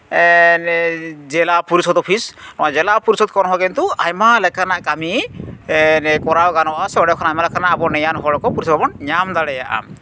ᱡᱮᱞᱟ ᱯᱚᱨᱤᱥᱚᱫ ᱚᱯᱷᱤᱥ ᱱᱚᱣᱟ ᱡᱮᱞᱟ ᱯᱚᱨᱤᱥᱚᱫ ᱠᱷᱚᱱ ᱦᱚᱸ ᱠᱤᱱᱛᱩ ᱟᱭᱢᱟ ᱞᱮᱠᱟᱱᱟᱜ ᱠᱟᱹᱢᱤ ᱠᱚᱨᱟᱣ ᱜᱟᱱᱚᱜᱼᱟ ᱥᱮ ᱚᱸᱰᱮ ᱠᱷᱚᱱ ᱟᱭᱢᱟ ᱞᱮᱠᱟᱱᱟᱜ ᱱᱮᱭᱟᱱ ᱦᱚᱲ ᱠᱚ ᱱᱤᱭᱟᱹᱠᱚ ᱯᱚᱨᱤᱥᱮᱵᱟ ᱵᱚᱱ ᱧᱟᱢ ᱫᱟᱲᱮᱭᱟᱜᱼᱟ